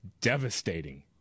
devastating